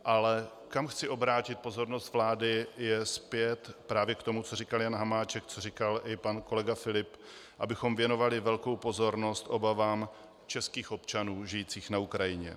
Ale kam chci obrátit pozornost vlády, je zpět právě k tomu, co říkal Jan Hamáček, co říkal i pan kolega Filip, abychom věnovali velkou pozornost obavám českých občanů žijících na Ukrajině.